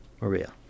Maria